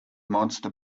monster